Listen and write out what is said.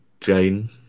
Jane